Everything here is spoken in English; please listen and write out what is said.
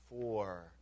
four